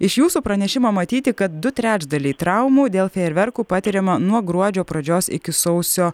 iš jūsų pranešimo matyti kad du trečdaliai traumų dėl fejerverkų patiriama nuo gruodžio pradžios iki sausio